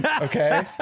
Okay